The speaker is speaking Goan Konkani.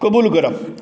कबूल करप